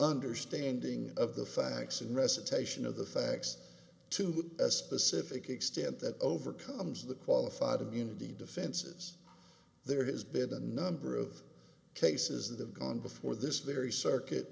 understanding of the facts and recitation of the facts to a specific extent that overcomes the qualified immunity defenses there has been a number of cases that have gone before this very circuit